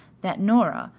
that nora,